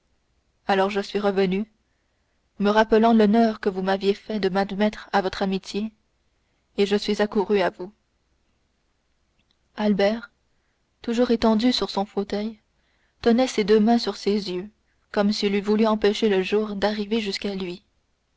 alors je suis revenu me rappelant l'honneur que vous m'aviez fait de m'admettre à votre amitié et je suis accouru à vous albert toujours étendu sur son fauteuil tenait ses deux mains sur ses yeux comme s'il eût voulu empêcher le jour d'arriver jusqu'à lui